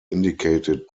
indicated